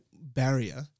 barrier